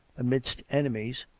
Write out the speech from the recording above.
amidst enemies.